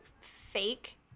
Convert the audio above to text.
fake